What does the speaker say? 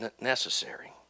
necessary